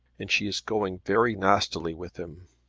and she is going very nastily with him.